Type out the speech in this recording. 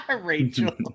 Rachel